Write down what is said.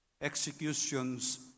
executions